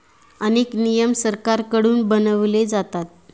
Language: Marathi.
अनेक नियम सरकारकडून बनवले जातात